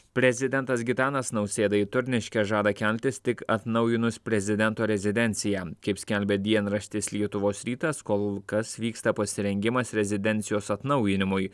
prezidentas gitanas nausėda į turniškes žada keltis tik atnaujinus prezidento rezidenciją kaip skelbia dienraštis lietuvos rytas kol kas vyksta pasirengimas rezidencijos atnaujinimui